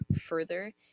further